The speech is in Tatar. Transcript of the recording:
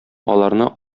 аларны